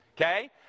Okay